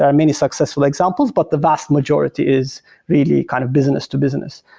um many successful examples, but the vast majority is really kind of business to business.